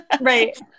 right